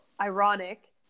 ironic